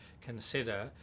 consider